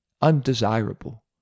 undesirable